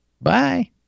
Bye